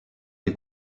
des